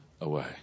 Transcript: away